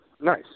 Nice